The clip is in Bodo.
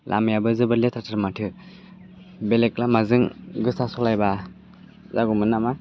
लामायाबो जोबोर लेथ्राथार माथो बेलेग लामाजों गोसा सालायबा जागौमोन नामा